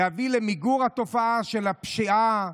להביא למיגור התופעה של הפשיעה,